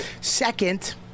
Second